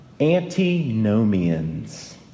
antinomians